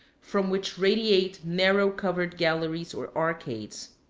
from which radiate narrow covered galleries or arcades.